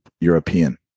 European